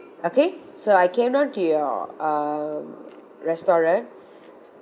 okay so I came down to your um restaurant